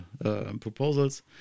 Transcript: proposals